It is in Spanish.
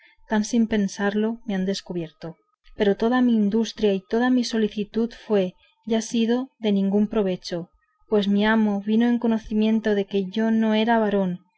tan si pensarlo me han descubierto pero toda mi industria y toda mi solicitud fue y ha sido de ningún provecho pues mi amo vino en conocimiento de que yo no era varón